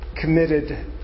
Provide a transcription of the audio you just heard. committed